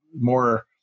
more